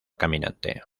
caminante